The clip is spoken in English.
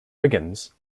wiggins